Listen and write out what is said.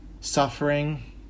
suffering